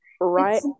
right